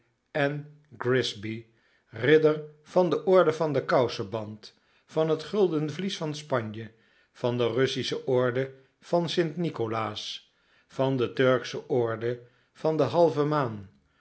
grillsby ridder van de orde van den kouseband van het gulden vlies van spanje van de russische orde van st nicolaas van de turksche orde van de halve maan